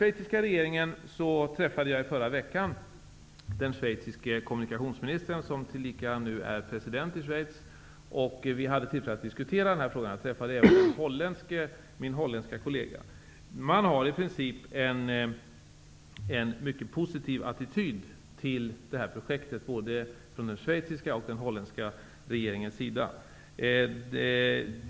Jag träffade i förra veckan den schweiziske kommunikationsministern, som nu även är president i Schweiz. Vi hade tillfälle att diskutera frågan. Jag träffade även min holländske kollega. Regeringarna i Schweiz och Holland har en positiv attityd till projektet.